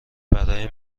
برای